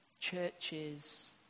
churches